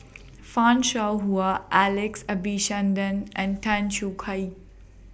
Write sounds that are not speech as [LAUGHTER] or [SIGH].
[NOISE] fan Shao Hua Alex Abisheganaden and Tan Choo Kai